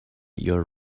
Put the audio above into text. your